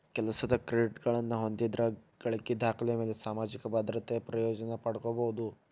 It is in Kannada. ಕೆಲಸದ್ ಕ್ರೆಡಿಟ್ಗಳನ್ನ ಹೊಂದಿದ್ರ ಗಳಿಕಿ ದಾಖಲೆಮ್ಯಾಲೆ ಸಾಮಾಜಿಕ ಭದ್ರತೆ ಪ್ರಯೋಜನ ಪಡ್ಕೋಬೋದು